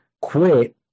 quit